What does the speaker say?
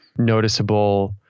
noticeable